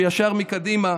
ישר מקדימה,